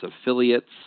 affiliates